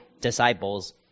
disciples